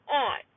on